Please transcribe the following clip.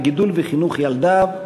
בגידול וחינוך ילדיו,